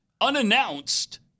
unannounced